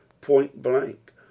Point-blank